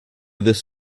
this